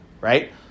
Right